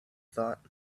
thought